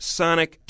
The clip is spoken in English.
sonic